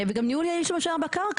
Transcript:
וגם ניהול יעיל של משאב הקרקע,